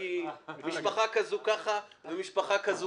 ממשפחה כזו ככה, ומשפחה כזו ככה.